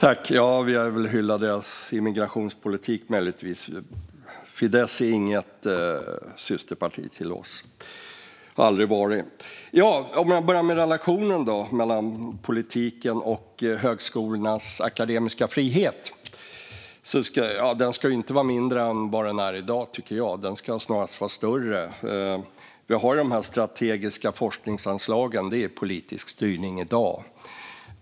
Fru talman! Vi har väl hyllat deras immigrationspolitik, möjligtvis. Men Fidesz är inget systerparti till oss. Det har de aldrig varit. Jag kan börja med relationen mellan politiken och högskolornas akademiska frihet. Friheten ska inte vara mindre än vad den är i dag utan snarare större. De strategiska forskningsanslagen innebär i dag en politisk styrning.